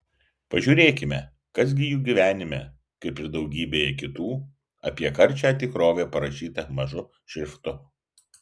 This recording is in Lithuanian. pažiūrėkime kas gi jų gyvenime kaip ir daugybėje kitų apie karčią tikrovę parašyta mažu šriftu